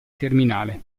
terminale